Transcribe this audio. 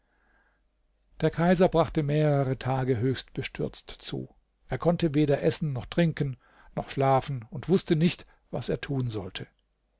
der kaiser brachte mehrere tage höchst bestürzt zu er konnte weder essen noch trinken noch schlafen und wußte nicht was er tun sollte